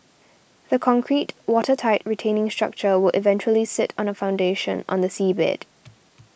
the concrete watertight retaining structure will eventually sit on a foundation on the seabed